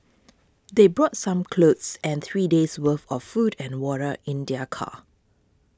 they brought some clothes and three days' worth of food and water in their car